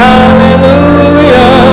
Hallelujah